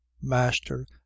master